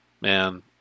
man